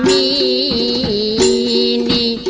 e